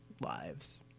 lives